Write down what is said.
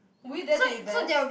would you dare to invest